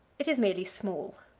it is merely small.